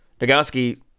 Nagowski